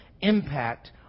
impact